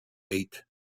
eight